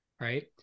right